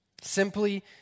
Simply